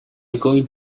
going